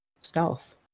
stealth